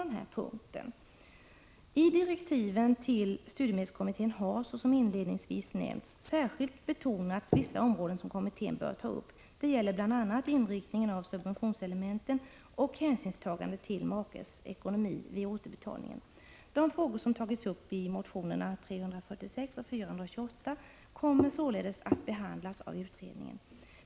Det står bl.a. följande: ”TI direktiven till studiemedelskommittén har, såsom inledningsvis nämnts, särskilt betonats vissa områden som kommittén bör ta upp. Det gäller bl.a. inriktningen av subventionselementen och hänsynstagande till makes ekonomi vid återbetalningen. De frågor som tagits upp i motionerna Sf346 och Sf428 kommer således att behandlas av utredningen.